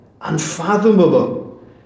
unfathomable